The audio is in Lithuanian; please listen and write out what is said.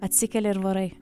atsikeli ir varai